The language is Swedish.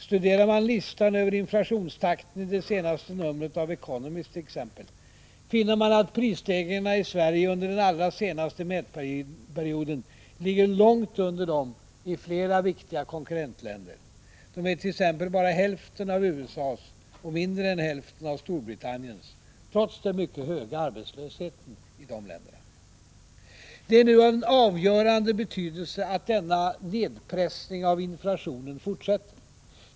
Studerar man listan över inflationstakten, t.ex. i det senaste numret av The Economist, finner man att prisstegringarna i Sverige under den allra senaste mätperioden ligger långt under dem i flera viktiga konkurrentländer; de ärt.ex. bara hälften av USA:s och mindre än hälften av Storbritanniens — trots den mycket höga arbetslösheten i de länderna. Det är nu av avgörande betydelse att denna nedpressning av inflationen fortsätter.